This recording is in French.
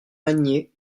magnier